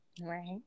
Right